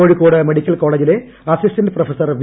Kozhikode medical കോളേജിലെ assistant professor V